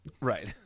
Right